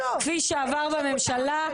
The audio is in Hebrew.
כפי שעבר בממשלה.